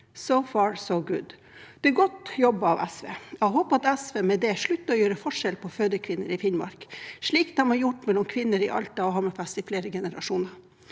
«So far so good.» Det er godt jobbet av SV, og jeg håper at SV med det slutter å gjøre forskjell på fødekvinner i Finnmark, slik de har gjort mellom kvinner i Alta og Hammerfest i flere generasjoner.